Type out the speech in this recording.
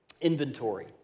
inventory